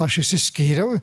aš išsiskyriau